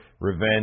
Revenge